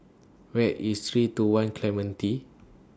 Where IS three two one Clementi